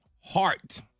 heart